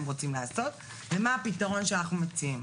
רוצים לעשות ומה הפתרון שאנחנו מציעים.